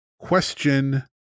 Question